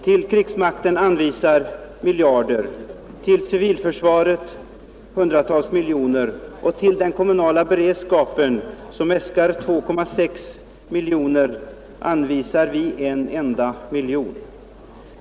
Till krigsmakten anvisar vi miljarder, till civilförsvaret anvisar vi hundratals miljoner, men till den kommunala beredskapen, för vilken det äskas 2,6 miljoner, anvisar vi en enda miljon.